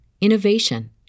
innovation